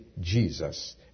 Jesus